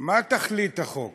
מה תכלית החוק?